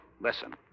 Listen